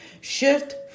Shift